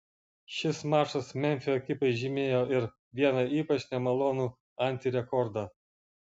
šis mačas memfio ekipai žymėjo ir vieną ypač nemalonų antirekordą